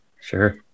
Sure